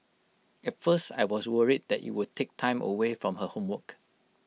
at first I was worried that IT would take time away from her homework